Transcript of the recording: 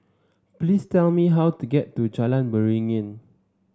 please tell me how to get to Jalan Beringin